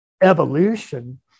evolution